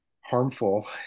harmful